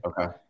Okay